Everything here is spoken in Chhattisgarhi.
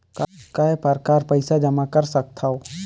काय प्रकार पईसा जमा कर सकथव?